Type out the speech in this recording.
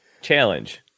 challenge